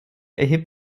erhebt